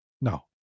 No